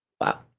Wow